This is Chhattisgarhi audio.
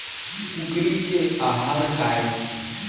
कुकरी के आहार काय?